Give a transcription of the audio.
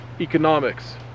economics